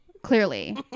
Clearly